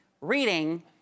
reading